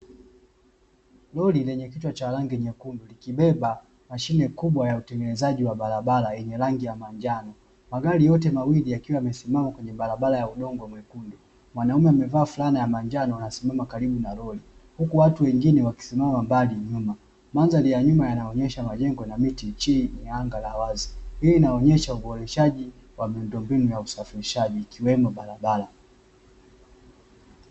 Lori lenye kichwa cha rangi nyekundu likibeba mashine kubwa ya utengenezaji wa barabara yenye rangi ya manjano. Magari yote mawili yakiwa yamesimama kwenye barabara ya udongo mwekundu. Mwanaume amevaa fulana ya manjano amesimama karibu na lori, huku watu wengine wakisimama mbali nyuma. Mandhari ya nyuma yanaonyesha majengo na miti chini ya anga la wazi. Hii inaonyesha uboreshaji wa miundombinu ya usafirishaji ikiwemo barabara.